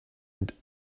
and